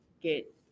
get